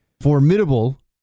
formidable